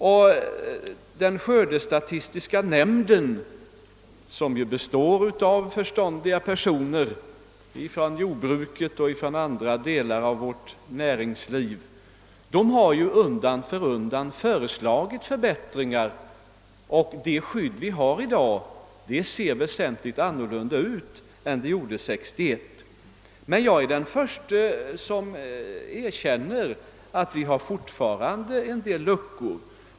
Och den skördestatistiska nämnden, som ju består av förståndiga personer från jordbruket och från andra delar av vårt näringsliv, har undan för undan föreslagit förbättringar. Det skydd vi har i dag är väsentligt annorlunda än det vi hade 1961, men jag är den förste att erkänna att det fortfarande finns en del luckor.